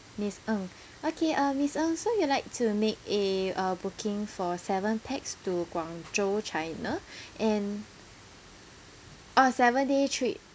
miss ng okay uh miss ng so you like to make a uh booking for seven pax to guangzhou china and oh seven day trip